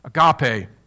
agape